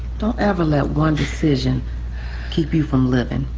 don't ever let one decision keep you from living.